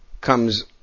comes